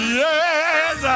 yes